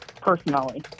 personally